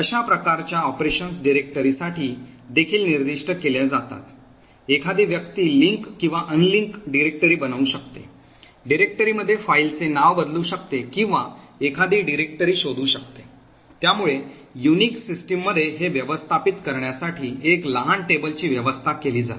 अशा प्रकारच्या ऑपरेशन्स डिरेक्टरीजसाठी देखील निर्दिष्ट केल्या जातात एखादी व्यक्ती लिंक किंवा अनलिंक डिरेक्टरी बनवू शकते डिरेक्टरीमध्ये फाईलचे नाव बदलू शकते किंवा एखादी डिरेक्टरी शोधू शकते त्यामुळे युनिक्स सिस्टममध्ये हे व्यवस्थापित करण्यासाठी एक लहान टेबल ची व्यवस्था केली जाते